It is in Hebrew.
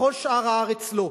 בכל שאר הארץ, לא.